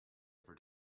ever